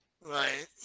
Right